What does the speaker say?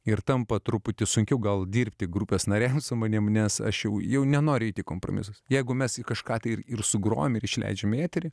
ir tampa truputį sunkiau gal dirbti grupės nariams su manimi nes aš jau jau nenoriu eiti kompromisų jeigu mes į kažką ir ir sugrojam ir išleidžiam į eterį